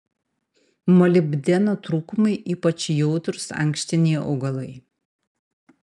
molibdeno trūkumui ypač jautrūs ankštiniai augalai